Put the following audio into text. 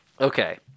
okay